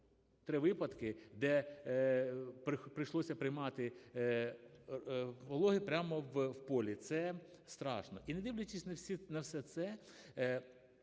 три випадки, де прийшлося приймати пологи прямо в полі. Це страшно. І не дивлячись на все це,